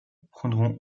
prendront